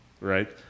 right